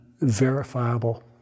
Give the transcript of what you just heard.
verifiable